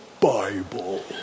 Bible